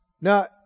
Now